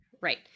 Right